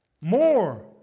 More